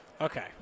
Okay